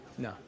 No